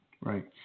Right